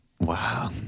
Wow